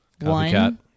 One